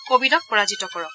কোৱিডক পৰাজিত কৰক